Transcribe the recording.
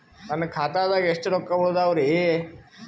ನನ್ನ ಖಾತಾದಾಗ ಎಷ್ಟ ರೊಕ್ಕ ಉಳದಾವರಿ?